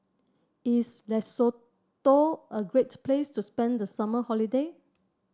is Lesotho a great place to spend the summer holiday